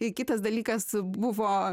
į kitas dalykas buvo